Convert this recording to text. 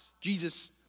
jesus